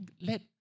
let